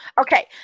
Okay